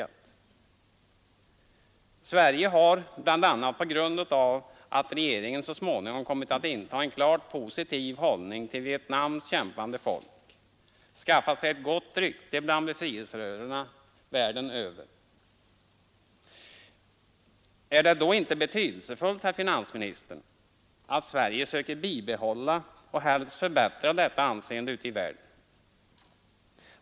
att minska kronans beroende av USA dollarn Sverige har — bl.a. på grund av att regeringen så småningom kommit att inta en klar och positiv hållning till Vietnams kämpande folk — skaffat sig ett gott rykte bland befrielserörelserna världen över. Är det då inte betydelsefullt, herr finansminister, att Sverige försöker bibehålla och helst förbättra detta anseende ute i världen?